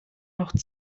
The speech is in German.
noch